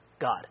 God